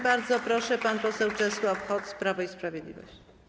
Bardzo proszę, pan poseł Czesław Hoc, Prawo i Sprawiedliwość.